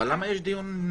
למה יש דיון שני?